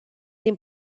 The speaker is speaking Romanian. din